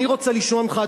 אני רוצה לשמוע ממך,